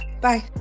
bye